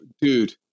Dude